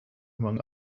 among